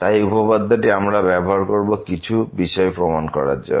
তাই এই উপপাদ্যটি আমরা ব্যবহার করব কিছু বিষয় প্রমাণ করার জন্য